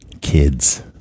Kids